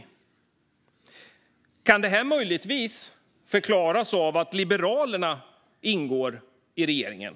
Kan detta möjligtvis förklaras av att Liberalerna ingår i regeringen?